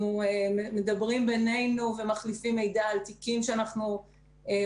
אנחנו מדברים ביננו ומחליפים מידע לגבי תיקים חדשים שאנחנו עוסקים